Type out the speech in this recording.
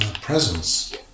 presence